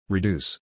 Reduce